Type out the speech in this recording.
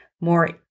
more